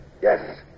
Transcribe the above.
Yes